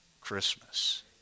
Christmas